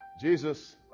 jesus